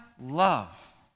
love